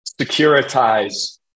securitize